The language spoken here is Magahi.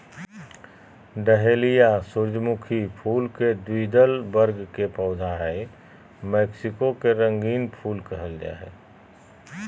डहेलिया सूर्यमुखी फुल के द्विदल वर्ग के पौधा हई मैक्सिको के रंगीन फूल कहल जा हई